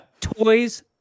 Toys